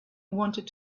wanted